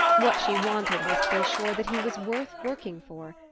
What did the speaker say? what she wanted was to be assured that he was worth working for,